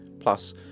Plus